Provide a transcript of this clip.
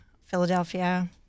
Philadelphia